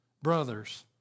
Brothers